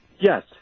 Yes